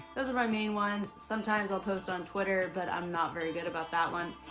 those are my main ones. sometimes i'll post on twitter. but i'm not very good about that one.